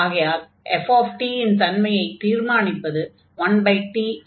ஆகையால் f இன் தன்மையைத் தீர்மானிப்பது 1t என்ற பதமே ஆகும்